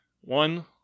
one